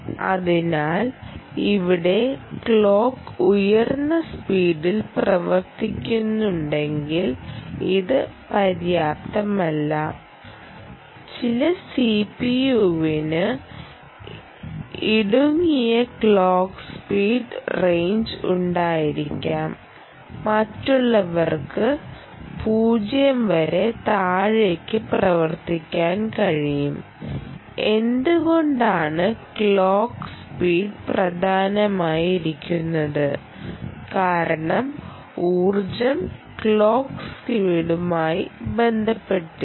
അതിനാൽ ഇവിടെ ക്ലോക്ക് ഉയർന്ന സ്പീഡിൽ പ്രവർത്തിക്കുന്നുണ്ടെങ്കിൽ ഇത് പര്യാപ്തമല്ല ചില സിപിയുവിന് ഇടുങ്ങിയ ക്ലോക്ക് സ്പീഡ് റേഞ്ച് ഉണ്ടായിരിക്കാം മറ്റുള്ളവർക്ക് 0 വരെ താഴേക്ക് പ്രവർത്തിക്കാൻ കഴിയും എന്തുകൊണ്ടാണ് ക്ലോക്ക് സ്പീഡ് പ്രധാനമായിരിക്കുന്നത് കാരണം ഊർജ്ജം ക്ലോക്ക് സ്പീഡുമായി ബന്ധിപ്പിച്ചിരിക്കുന്നു